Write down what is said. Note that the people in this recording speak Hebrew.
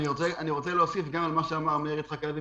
אני רוצה להוסיף גם על מה שאמר מאיר יצחק הלוי,